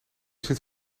zit